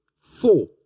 four